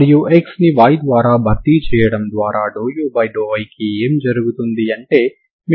మరియు xని y ద్వారా భర్తీ చేయడం ద్వారా ∂u∂y కి ఏమి జరుగుతుంది అంటే మీకు ∂u∂y∂u